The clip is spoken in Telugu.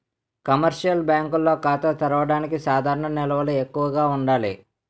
కమర్షియల్ బ్యాంకుల్లో ఖాతా తెరవడానికి సాధారణ నిల్వలు ఎక్కువగా ఉండాలి